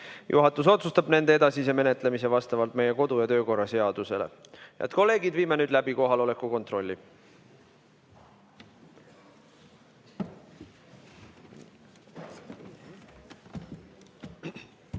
Juhatus otsustab nende edasise menetlemise vastavalt meie kodu- ja töökorra seadusele. Head kolleegid, viime nüüd läbi kohaloleku kontrolli.